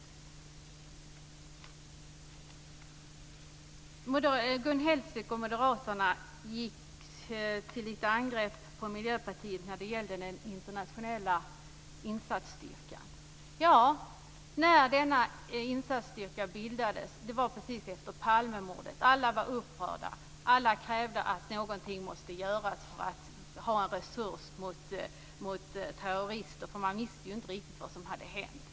Gun Hellsvik och moderaterna gick till angrepp på Miljöpartiet vad gäller den internationella insatsstyrkan. Denna insatsstyrka bildades precis efter Palmemordet. Alla var upprörda, alla krävde att någonting skulle göras för att vi skulle ha en resurs att sätta in mot terrorister, eftersom vi inte riktigt visste vad som hade hänt.